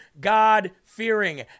God-fearing